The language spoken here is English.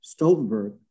Stoltenberg